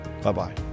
Bye-bye